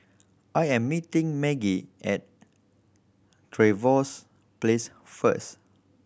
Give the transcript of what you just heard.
I am meeting Maggie at Trevose Place first